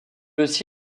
aussi